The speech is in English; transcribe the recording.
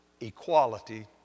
equality